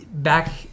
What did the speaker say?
Back